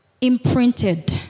imprinted